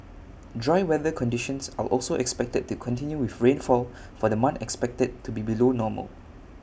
dry weather conditions are also expected to continue with rainfall for the month expected to be below normal